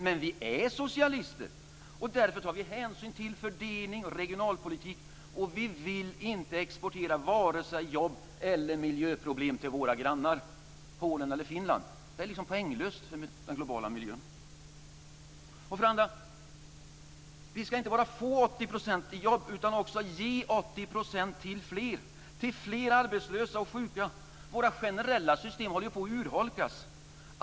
Men vi är socialister och därför tar vi hänsyn till fördelning och regionalpolitik, och vi vill inte exportera vare sig jobb eller miljöproblem till våra grannar, Polen eller Finland. Det är liksom poänglöst för den globala miljön. För det andra ska vi inte bara få 80 % i jobb utan också ge 80 % till fler, till fler arbetslösa och sjuka. Våra generella system håller ju på att urholkas.